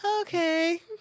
Okay